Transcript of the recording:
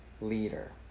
leader